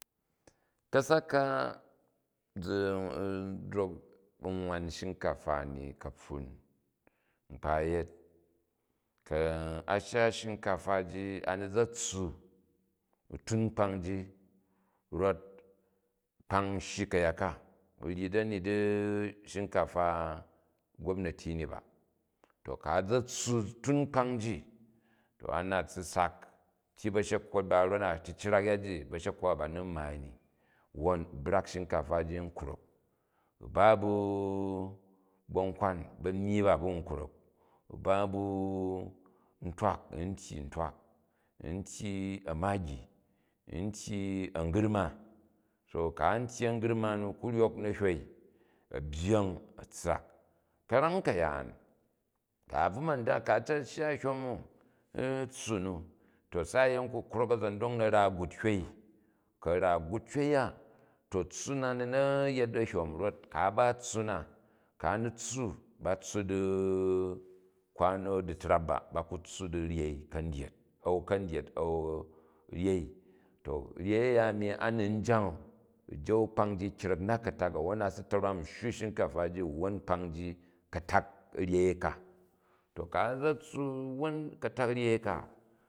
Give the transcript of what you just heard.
Kasak ka zi n drok u wan shinkafa ni kapfun nkpa yet, a shya shinkafa ji, a̱ ni za tssu, u tu kpang ji vot kpang u shyi ka̱yat ka, u̱ ryi dani di shinkafa gobnati ni ba. To ku̱ a za tssu u tin kpang, to a nat u̱ si sak, u tyyi ba̱sehkwot ba u von na cicrak yaji ba̱shekwot ba, ba ni n maai ni, wwon u brak shinkafa ji n krok, u̱ ba bu bankan bamyyi ba ba n krok, u ba ba ntwak, n tyyi ntwak, n tyyi a̱maai, u tyyi a̱ngurma, so ku a tyyi a̱gurma nu u̱ ku ryok na̱ hwoi, a̱byyeng, a̱ assak. Ka̱ram kayaam ku a bvn ma dak, ku a cat shya a̱hyom u, u tssu nu to se a yen ku krok a̱za̱ndong na ra gut hwei, ku a ra gut hwei a to tssu na ni na̱ yet ahyom rot kes a ba tssu na. Ku̱ a n i tssu, ba tssu di kwano ditrap ba, ba ku tssu di ryai, kandyet a̱n ka̱ndyet, an ryei. To ryei uya anu a ni jan n jar kpang ji ii krek nat ka̱tak a̱wwon a si ta̱rwa n u shwu shinkafa ji uwwa kpang ji ka̱tak ryeni ka. To ku a za tssu, uwwon ka̱tak ryei ka